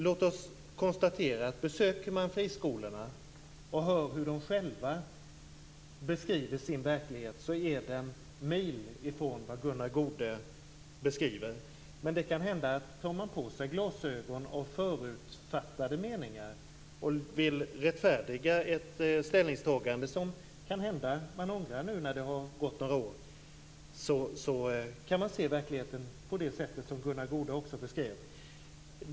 Låt oss konstatera att man vid ett besök på en friskola där man hör hur de själva beskriver sin verklighet, så finner man att den är mil från vad Gunnar Goude beskriver. Det kan hända att man med glasögon och förutfattade meningar som rättfärdigar ett ställningstagande, som man kanske ångrar efter några år, kan se verkligheten på det sätt som Gunnar Goude beskrev.